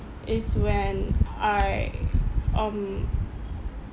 is when I um